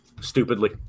stupidly